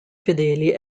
fedeli